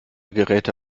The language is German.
geräte